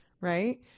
Right